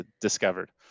discovered